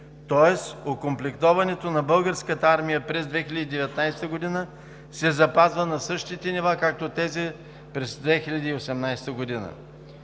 Тоест окомплектоването на Българската армия през 2019 г. се запазва на същите нива, както тези през 2018 г.